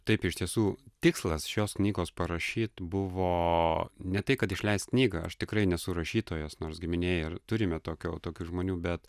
taip iš tiesų tikslas šios knygos parašyt buvo ne tai kad išleist knygą aš tikrai nesu rašytojas nors giminėje turime tokio tokių žmonių bet